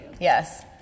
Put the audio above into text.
Yes